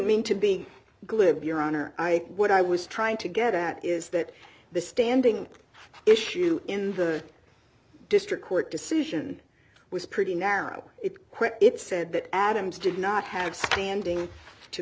mean to be glib your honor i what i was trying to get at is that the standing issue in the district court decision was pretty narrow it where it said that adams did not have standing to